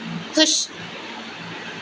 खुश